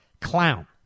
clown